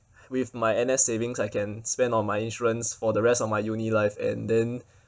with my N_S savings I can spend on my insurance for the rest of my uni life and then